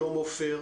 שלום, עופר.